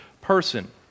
person